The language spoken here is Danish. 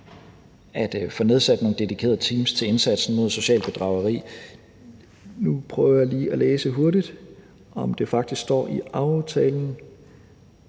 at få nedsat nogle dedikerede teams til indsatsen mod socialt bedrageri. Nu prøver jeg lige at læse hurtigt, om det faktisk står i aftalen: